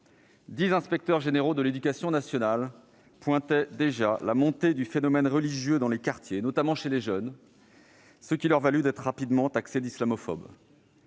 Dix inspecteurs généraux de l'éducation nationale pointaient déjà la « montée du phénomène religieux dans les quartiers, notamment chez les jeunes », ce qui leur valut d'être rapidement taxés d'islamophobes.